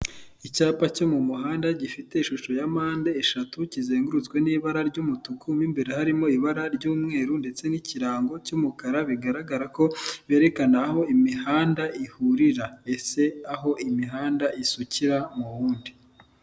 Icyapa cyo mu muhanda gifite ishusho ya mpandeshatu, kizengurutswe n'ibara ry'umutuku, mo imbere harimo ibara ry'umweru ndetse n'ikirango cy'umukara; bigaragara ko berekana aho imihanda ihurira, ese aho imihanda isukira mu wundi.